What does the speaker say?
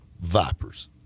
vipers